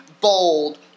bold